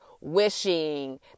wishing